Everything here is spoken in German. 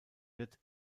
wird